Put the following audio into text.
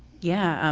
yeah.